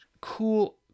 cool